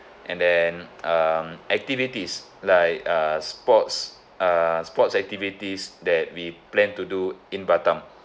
and then um activities like uh sports uh sports activities that we plan to do in batam